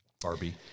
Barbie